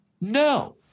No